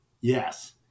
Yes